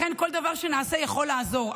לכן כל דבר שנעשה יכול לעזור.